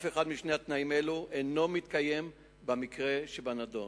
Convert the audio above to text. אף אחד משני התנאים האלו אינו מתקיים במקרה שבנדון.